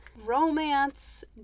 romance